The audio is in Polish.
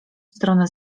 stronę